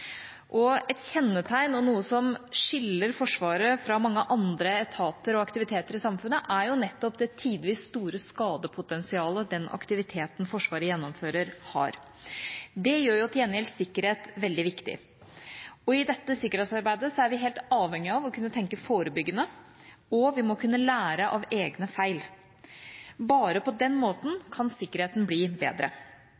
og et kjennetegn og noe som skiller Forsvaret fra mange andre etater og aktiviteter i samfunnet, er jo nettopp det tidvis store skadepotensialet den aktiviteten Forsvaret gjennomfører, har. Det gjør til gjengjeld sikkerhet veldig viktig. I dette sikkerhetsarbeidet er vi helt avhengig av å kunne tenke forebyggende, og vi må kunne lære av egne feil. Bare på den måten